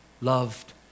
loved